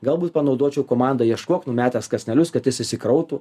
galbūt panaudočiau komandą ieškok numetęs kąsnelius kad jis išsikrautų